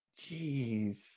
Jeez